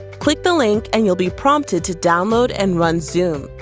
click the link and you'll be prompted to download and run zoom.